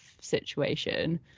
situation